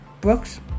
Brooks